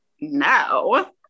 no